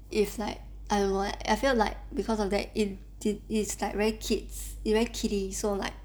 it's like I'm like I feel like because of that it it's like very kids you know kiddy so like